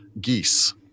geese